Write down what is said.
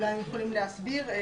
אולי הם יכולים להסביר.